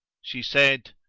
she said,